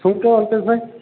શું કયો અલ્પેશભાઈ